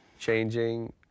changing